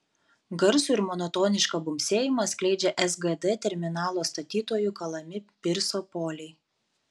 garsų ir monotonišką bumbsėjimą skleidžia sgd terminalo statytojų kalami pirso poliai